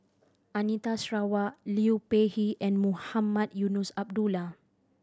Anita Sarawak Liu Peihe and Mohamed Eunos Abdullah